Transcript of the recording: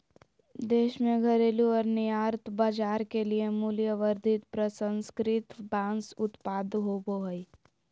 देश में घरेलू और निर्यात बाजार के लिए मूल्यवर्धित प्रसंस्कृत बांस उत्पाद होबो हइ